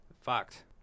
fucked